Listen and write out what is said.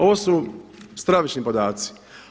Ovo su stravični podaci.